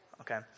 Okay